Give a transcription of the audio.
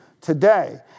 today